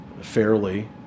fairly